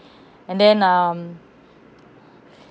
and then um